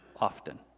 often